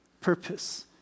purpose